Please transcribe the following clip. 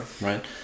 Right